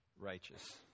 righteous